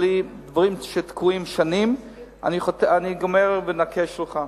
דברים שתקועים שנים אני גומר ומנקה שולחן.